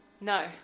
No